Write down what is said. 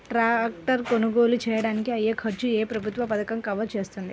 Tractor కొనుగోలు చేయడానికి అయ్యే ఖర్చును ఏ ప్రభుత్వ పథకం కవర్ చేస్తుంది?